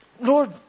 Lord